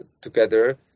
together